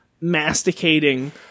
masticating